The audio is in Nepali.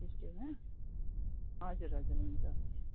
ट्युसडेमा हजुर हजुर हुन्छ हुन्छ